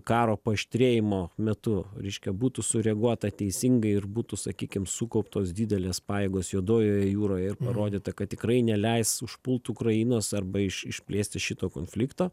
karo paaštrėjimo metu reiškia būtų sureaguota teisingai ir būtų sakykim sukauptos didelės pajėgos juodojoje jūroje ir parodyta kad tikrai neleis užpult ukrainos arba išplėsti šito konflikto